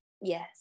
yes